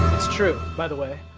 it's true, by the way.